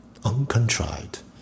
uncontrived